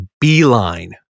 beeline